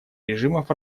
режимов